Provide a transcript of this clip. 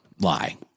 lie